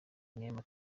neema